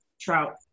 trout